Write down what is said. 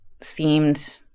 seemed